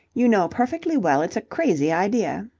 you know perfectly well it's a crazy idea.